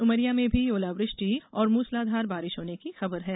उमरिया में भी ओलावृष्टि और मूसलाधार बारिश होने की खबर है